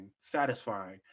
satisfying